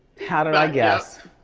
how did i guess?